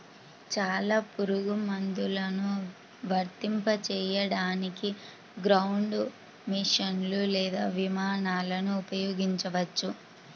చాలా పురుగుమందులను వర్తింపజేయడానికి గ్రౌండ్ మెషీన్లు లేదా విమానాలను ఉపయోగించవచ్చు